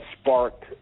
sparked